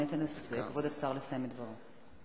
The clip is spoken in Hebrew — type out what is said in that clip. בואי ניתן לכבוד השר לסיים את דברו.